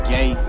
Gay